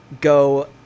go